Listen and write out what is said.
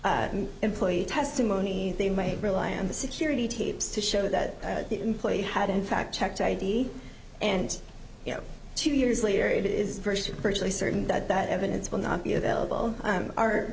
on employee testimony they may rely on the security tapes to show that the employee had in fact checked i d and you know two years later it is virtually certain that that evidence will not be available